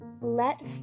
let